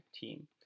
team